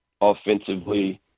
offensively